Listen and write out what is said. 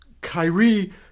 Kyrie